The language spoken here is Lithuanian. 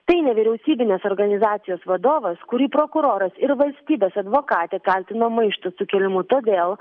tai nevyriausybinės organizacijos vadovas kurį prokuroras ir valstybės advokatė kaltina maišto sukėlimu todėl